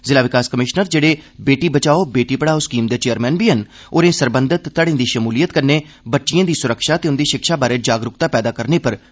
जिला विकास कमिशनर जेहड़े बेटी बचाओ बेटी पढ़ाओ स्कीम दे चेयरमैन बी हैन होरें सब्भनें सरबंधत धड़े दी शमूलियत कन्नै बच्चिएं दी सुरक्षा ते उंदी शिक्षा बारै जागरूकता पैदा करने पर जोर पाया